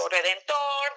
Redentor